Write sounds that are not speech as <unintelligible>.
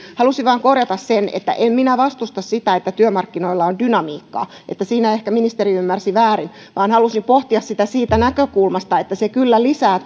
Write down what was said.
halusin vain korjata sen että en minä vastusta sitä että työmarkkinoilla on dynamiikkaa siinä ehkä ministeri ymmärsi väärin halusin pohtia sitä siitä näkökulmasta että se kyllä lisää <unintelligible>